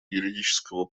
юридического